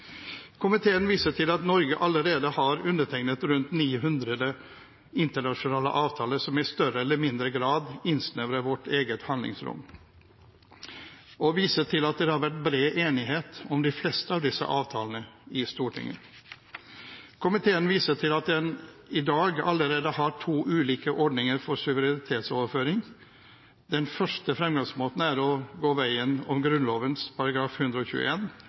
Komiteen viser til at Norge allerede har undertegnet rundt 900 internasjonale avtaler som i større eller mindre grad innsnevrer vårt eget handlingsrom, og viser til at det har vært bred enighet om de fleste av disse avtalene i Stortinget. Komiteen viser til at en allerede i dag har to ulike ordninger for suverenitetsoverføring. Den første fremgangsmåten er å gå veien om